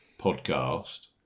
podcast